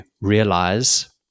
realize